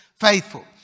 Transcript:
faithful